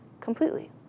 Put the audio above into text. completely